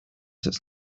that’s